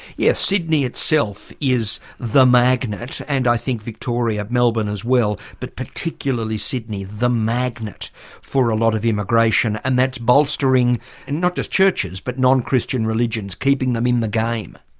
yes, sydney itself is the magnet, and i think victoria, melbourne as well, but particularly sydney, the magnet for a lot of immigration, and that's bolstering and not just churches but non-christian religions, keeping them in the game.